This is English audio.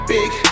Big